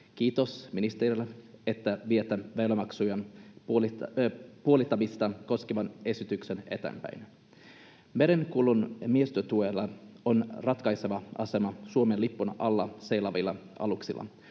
Kiitos ministerille, että viette väylämaksujen puolittamista koskevan esityksen eteenpäin. Merenkulun miehistötuella on ratkaiseva asema Suomen lipun alla seilaavilla aluksilla.